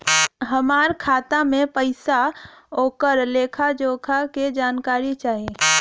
हमार खाता में पैसा ओकर लेखा जोखा के जानकारी चाही?